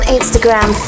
Instagram